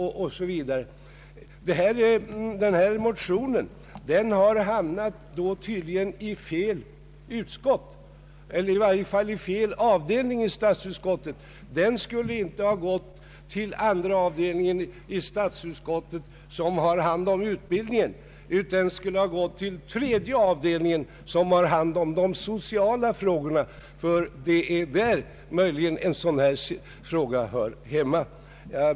Den motion hon talar för har tydligen hamnat i fel utskott, i varje fall i fel avdelning inom statsutskottet. Den skulle inte ha gått till andra avdelningen, som har hand om utbildningen, utan den skulle ha gått till tredje avdelningen, som har hand om sociala frågor. Det är möjligen där en fråga av det här slaget hör hemma.